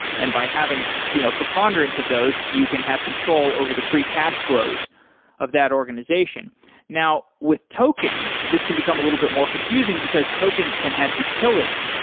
and by having you know preponderance of those, you can have control over the free cash flows of that organization now with tokens, this can become a little bit more confusing, because tokens can have utility,